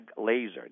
laser